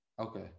Okay